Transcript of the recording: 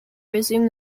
resume